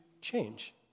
change